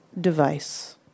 device